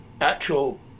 actual